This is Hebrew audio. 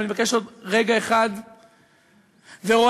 אבל אבקש עוד רגע אחד,